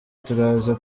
turaza